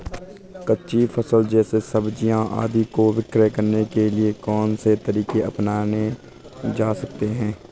कच्ची फसल जैसे सब्जियाँ आदि को विक्रय करने के लिये कौन से तरीके अपनायें जा सकते हैं?